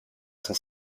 son